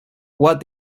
what